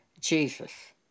Jesus